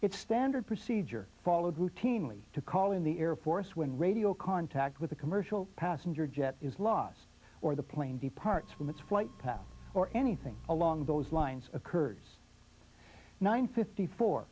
it's standard procedure followed routinely to call in the air force when radio contact with a commercial passenger jet is lost or the plane departs from its flight path or anything along those lines occurs nine fifty fo